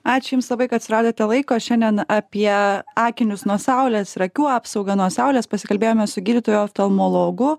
ačiū jums labai kad suradote laiko šiandien apie akinius nuo saulės ir akių apsaugą nuo saulės pasikalbėjome su gydytoju oftalmologu